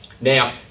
Now